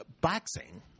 boxing